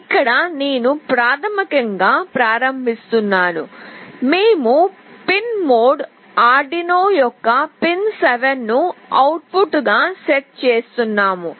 ఇక్కడ నేను ప్రాథమికంగా ప్రారంభిస్తున్నాను మేము పిన్ మోడ్ ఆర్డునో యొక్క పిన్ 7 ను అవుట్పుట్ గా సెట్ చేస్తున్నాము